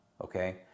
okay